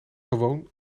gewoon